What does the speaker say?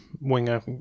winger